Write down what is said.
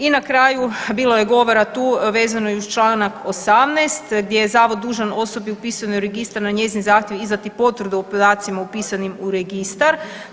I na kraju, bilo je govora tu, vezano i uz čl. 18, gdje je Zavod dužan osobi upisanoj u Registar na njezin zahtjev izdati potvrdu o podacima upisanim u Registar.